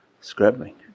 scrubbing